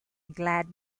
glad